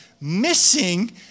missing